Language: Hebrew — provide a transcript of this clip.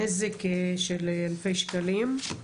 נזק של אלפי שקלים.